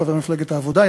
חבר מפלגת העבודה,